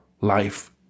life